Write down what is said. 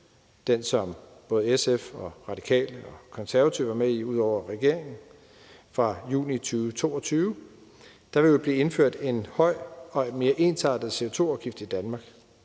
både SF, Radikale og Konservative var med i, fra juni 2022 blive indført en høj og mere ensartet CO2-afgift i Danmark.